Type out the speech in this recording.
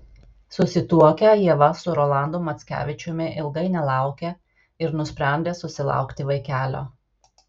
susituokę ieva su rolandu mackevičiumi ilgai nelaukė ir nusprendė susilaukti vaikelio